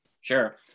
Sure